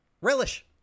relish